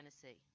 Tennessee